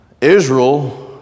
Israel